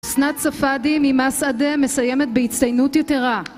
סנת ספאדי ממסעדה מסיימת בהצטיינות יתרה